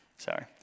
sorry